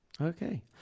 Okay